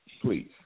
Please